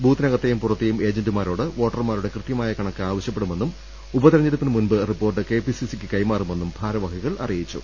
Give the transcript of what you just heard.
ബൂത്തിനകത്തെയും പുറത്തെയും ഏജന്റുമാ രോട് വോട്ടർമാരുടെ കൃത്യമായ കണക്ക് ആവശ്യപ്പെടുമെന്നും ഉപതെരഞ്ഞെടു പ്പിന് മുൻപ് റിപ്പോർട്ട് കെ പി സി സിയ്ക്ക് കൈമാറുമെന്നും ഭാരവാഹികൾ അറി യിച്ചു